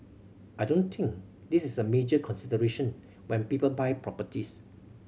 I don't think this is a major consideration when people buy properties